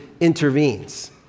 intervenes